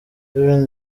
kevin